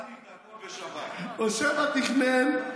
איתמר,